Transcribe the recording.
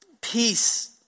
peace